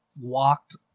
walked